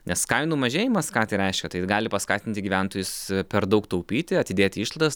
nes kainų mažėjimas ką tai reiškia tai jis gali paskatinti gyventojus per daug taupyti atidėti išlaidas